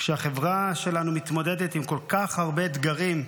כשהחברה שלנו מתמודדת עם כל כך הרבה אתגרים,